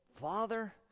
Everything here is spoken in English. Father